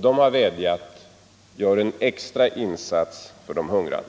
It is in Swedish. De har vädjat: Gör en extra insats för de hungrande.